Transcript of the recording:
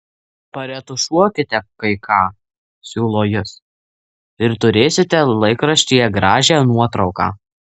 paretušuokite kai ką siūlo jis ir turėsite laikraštyje gražią nuotrauką